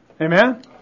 Amen